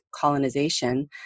colonization